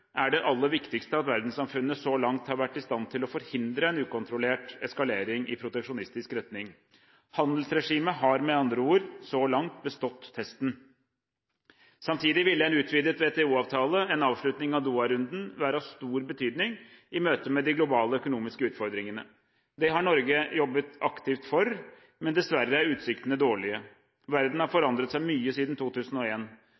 er det aller viktigste at verdenssamfunnet så langt har vært i stand til å forhindre en ukontrollert eskalering i proteksjonistisk retning. Handelsregimet har med andre ord så langt bestått testen. Samtidig ville en utvidet WTO-avtale, en avslutning av Doha-runden, være av stor betydning i møte med de globale økonomiske utfordringene. Det har Norge jobbet aktivt for, men dessverre er utsiktene dårlige. Verden har